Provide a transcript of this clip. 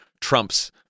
Trump's